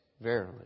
verily